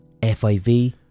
FIV